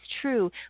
true